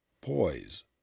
Poise